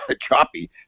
choppy